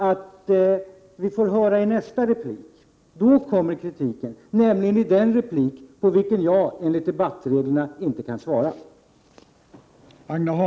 Kritiken kommer i Oskar Lindkvists nästa replik, den replik på vilken jag, enligt debattreglerna, inte kan svara.